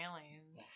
aliens